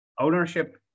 Ownership